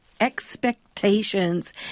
expectations